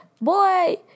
boy